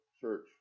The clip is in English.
Church